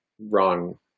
wrong